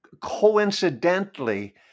coincidentally